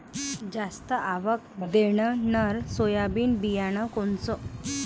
जास्त आवक देणनरं सोयाबीन बियानं कोनचं?